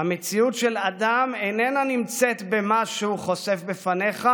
"המציאות של אדם אחר לא נמצאת במה שהוא חושף בפניך,